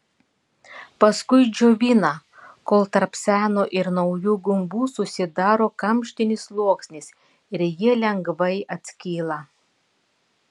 paskui džiovina kol tarp seno ir naujų gumbų susidaro kamštinis sluoksnis ir jie lengvai atskyla